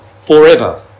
forever